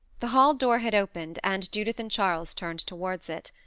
the hall door had opened, and judith and charles turned towards it.